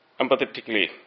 empathetically